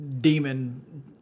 demon